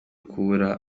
kubura